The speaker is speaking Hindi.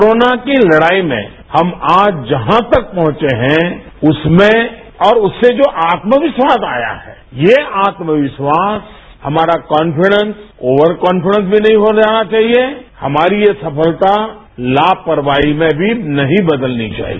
कोरोना की लड़ाई में हम आज जहां तक पहुंचे हैं उसमें और उससे जो आत्मविश्वास आया है ये आत्मविश्वास हमारा कॉनफिडेंस ऑवर कॉन्फिडेंस भी नहीं हो जाना चाहिए हमारी ये सफलता लापरवाही में भी नहीं बदलनी चाहिए